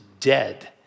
dead